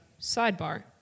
sidebar